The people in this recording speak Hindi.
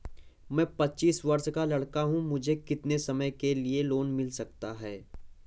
मैं पच्चीस वर्ष का लड़का हूँ मुझे कितनी समय के लिए लोन मिल सकता है?